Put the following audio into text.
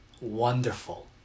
wonderful